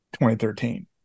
2013